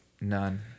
None